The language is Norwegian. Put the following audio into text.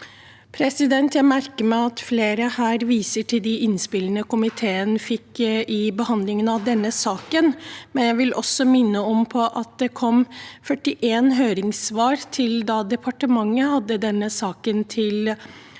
Jeg merker meg at flere her viser til de innspillene komiteen fikk i behandlingen av denne saken. Jeg vil også minne om at det kom 41 høringssvar da departementet hadde denne saken til